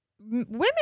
Women